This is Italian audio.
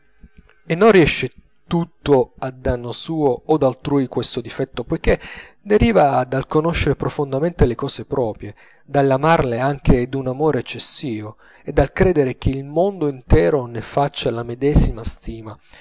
e non riesce tutto a danno suo od altrui questo difetto poichè deriva dal conoscere profondamente le cose proprie dall'amarle anche d'un amore eccessivo e dal credere che il mondo intero ne faccia la medesima stima